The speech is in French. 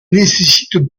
nécessitent